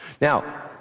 Now